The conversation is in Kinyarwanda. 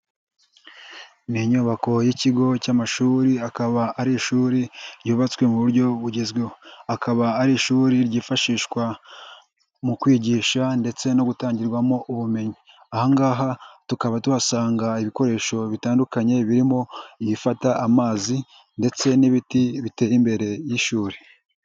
Ni inyubako y'ikigo cy'amashuri hakaba ari ishuri ryubatswe mu buryo bugezweho, akaba ari ishuri ryifashishwa mu kwigisha ndetse no gutangirwamo ubumenyi, aha ngaha tukaba tuhasanga ibikoresho bitandukanye birimo ibifata amazi ndetse n'ibiti biteye imbere y'ishuri.